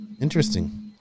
Interesting